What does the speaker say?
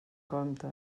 compte